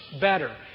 better